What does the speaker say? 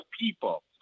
people